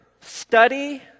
study